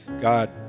God